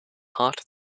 heart